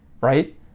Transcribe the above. right